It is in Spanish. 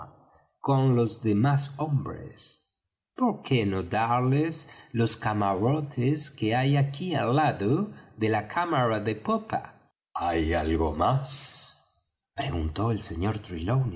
con los demás hombres por qué no darles los camarotes que hay aquí al lado de la cámara de popa hay algo más preguntó el sr